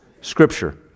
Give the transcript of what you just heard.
Scripture